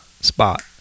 spot